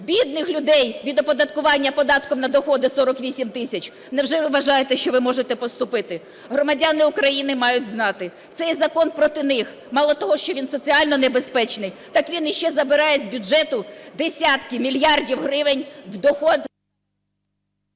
бідних людей від оподаткування податком на доходи 48 тисяч? Невже ви вважаєте, що ви можете поступити? Громадяни України мають знати: цей закон проти них. Мало того, що він соціально небезпечний, так він іще забирає з бюджету десятки мільярдів гривень в доход...